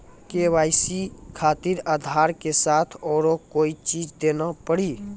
KYC खातिर आधार के साथ औरों कोई चीज देना पड़ी?